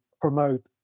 promote